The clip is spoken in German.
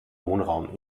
wohnraum